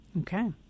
Okay